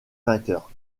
vainqueurs